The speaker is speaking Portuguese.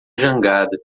jangada